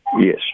Yes